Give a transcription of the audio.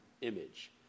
image